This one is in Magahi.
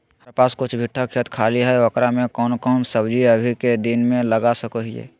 हमारा पास कुछ बिठा खेत खाली है ओकरा में कौन कौन सब्जी अभी के दिन में लगा सको हियय?